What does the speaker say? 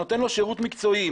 נותן לו שירות מקצועי,